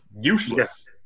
useless